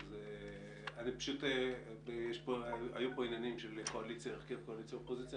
היו כאן עניינים של הרכב קואליציה ואופוזיציה.